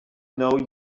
know